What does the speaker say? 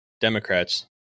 Democrats